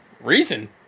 reason